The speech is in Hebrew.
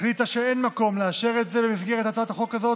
החליטה שאין מקום לאשר את זה במסגרת הצעת החוק הזאת,